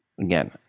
Again